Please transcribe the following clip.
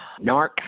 narc